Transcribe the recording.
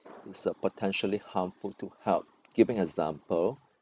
it's uh potentially harmful to health giving example